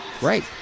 Right